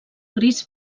gris